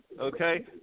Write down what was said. okay